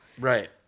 right